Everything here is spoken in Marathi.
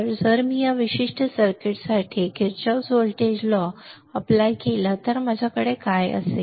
तर जर मी या विशिष्ट सर्किटसाठी किर्चॉफ व्होल्टेज कायदा लागू केला तर माझ्याकडे काय असेल